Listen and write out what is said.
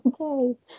okay